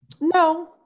No